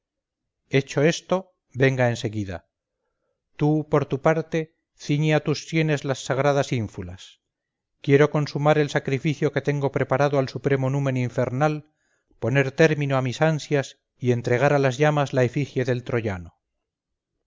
sacerdotisa hecho esto venga en seguida tú por tu parte ciñe a tus sienes las sagradas ínfulas quiero consumar el sacrificio que tengo preparado al supremo numen infernal poner término a mis ansias y entregar a las llamas la efigie del troyano